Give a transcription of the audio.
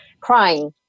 crying